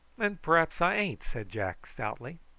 and p'r'aps i ain't, said jack stoutly.